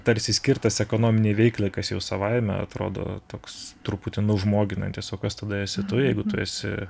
tarsi skirtas ekonominei veiklai kas jau savaime atrodo toks truputį nužmoginantis o kas tada esi tu jeigu tu esi